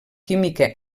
química